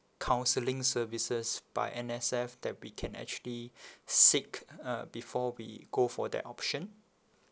counselling services by M_S_F that we can actually seek uh before we go for that option